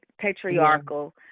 patriarchal